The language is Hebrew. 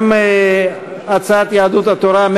גם הצעת יהדות התורה,